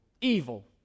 Evil